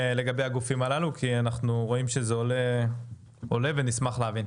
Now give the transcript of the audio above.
הגופים הללו כי אנחנו רואים שזה עולה ונשמח להבין.